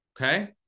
okay